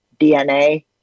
DNA